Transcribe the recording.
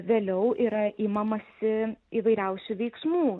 vėliau yra imamasi įvairiausių veiksmų